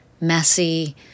messy